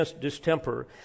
distemper